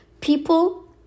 People